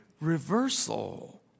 reversal